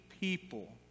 people